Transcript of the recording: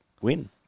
win